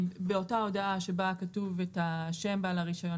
באותה הודעה שבה כתוב את שם בעל הרישיון,